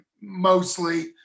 mostly